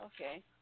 Okay